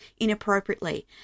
inappropriately